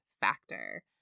factor